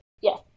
Yes